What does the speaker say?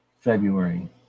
February